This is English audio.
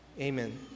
Amen